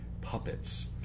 puppets